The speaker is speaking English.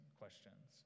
questions